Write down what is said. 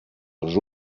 els